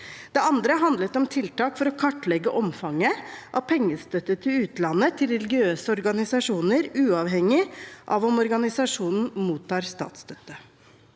Det andre handlet om tiltak for å kartlegge omfanget av pengestøtte til utlandet til religiøse organisasjoner, uavhengig av om organisasjonen mottar statsstøtte.